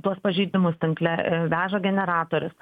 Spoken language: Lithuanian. tuos pažeidimus tinkle veža generatorius